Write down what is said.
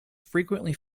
frequently